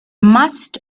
mast